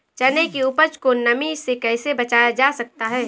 चने की उपज को नमी से कैसे बचाया जा सकता है?